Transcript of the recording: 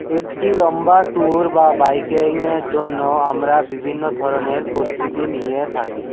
একটি লম্বা ট্যুর বা বাইকিংয়ের জন্য আমরা বিভিন্ন ধরনের প্রস্তুতি নিয়ে থাকি